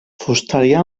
fusteria